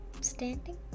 standing